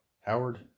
Howard